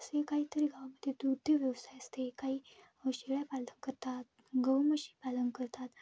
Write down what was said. असे काहीतरी गावामध्ये दुर्दर व्यवसाय असते काही शेळ्या पालन करतात गाई म्हशी पालन करतात